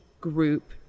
group